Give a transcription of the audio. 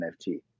NFT